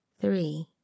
three